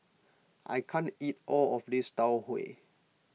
I can't eat all of this Tau Huay